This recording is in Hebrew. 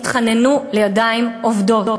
התחננו לידיים עובדות.